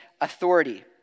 authority